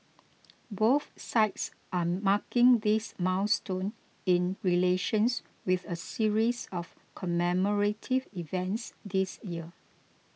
both sides are marking this milestone in relations with a series of commemorative events this year